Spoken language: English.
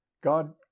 God